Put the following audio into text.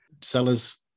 Sellers